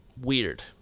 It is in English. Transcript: weird